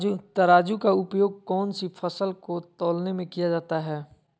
तराजू का उपयोग कौन सी फसल को तौलने में किया जाता है?